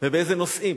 ובאיזה נושאים.